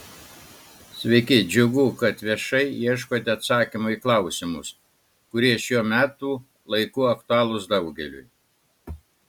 sveiki džiugu kad viešai ieškote atsakymų į klausimus kurie šiuo metų laiku aktualūs daugeliui